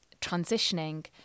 transitioning